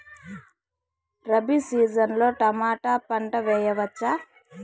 Rabi season లో tomato పంట వేయవచ్చా?